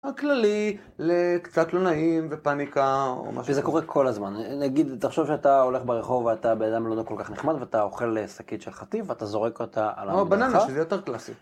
הכללי, לקצת לא נעים ופניקה או משהו כזה. זה קורה כל הזמן. נגיד, תחשוב שאתה הולך ברחוב ואתה בן אדם לא כל כך נחמד ואתה אוכל שקית של חטיף ואתה זורק אותה על המדרכה. או בננה שזה יותר קלאסי.